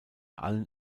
allen